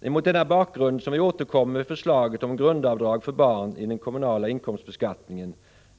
Det är mot denna bakgrund som vi återkommer med förslaget om grundavdrag för barn i den kommunala inkomstbeskattningen,